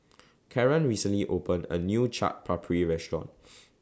Karren recently opened A New Chaat Papri Restaurant